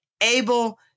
able